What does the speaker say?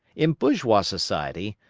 in bourgeois society,